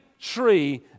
tree